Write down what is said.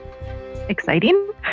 Exciting